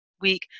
week